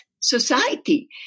society